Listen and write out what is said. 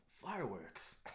fireworks